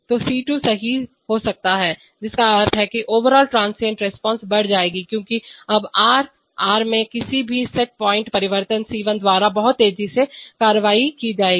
तो C2 सही हो सकता है जिसका अर्थ है कि ओवरआल ट्रांसिएंट रिस्पांस बढ़ जाएगी क्योंकि अब r r में किसी भी सेट पॉइंट परिवर्तन पर C1 द्वारा बहुत तेजी से कार्रवाई की जाएगी